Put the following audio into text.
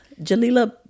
Jalila